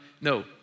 No